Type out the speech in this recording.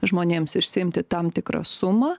žmonėms išsiimti tam tikrą sumą